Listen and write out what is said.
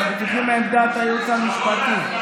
אנחנו צריכים את עמדת הייעוץ המשפטי.